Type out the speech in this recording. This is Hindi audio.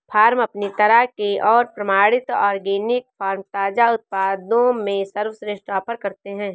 फ़ार्म अपनी तरह के और प्रमाणित ऑर्गेनिक फ़ार्म ताज़ा उत्पादों में सर्वश्रेष्ठ ऑफ़र करते है